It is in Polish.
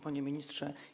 Panie Ministrze!